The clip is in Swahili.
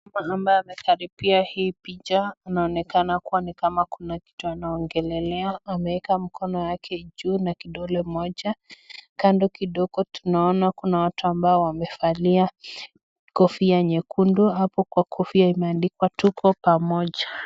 Mama ambaye amekaribia hii picha inaoneka kua ni kama kuna kitu anaongelea ameeka mkono wake juu na kidole moja. Kando kidogo tunaona kuna watu wamevalia kofia nyekundu. Hapo kwa kofia imeandikwa, Tuko pamoja.